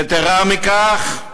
יתרה מכך,